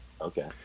Okay